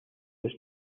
was